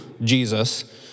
Jesus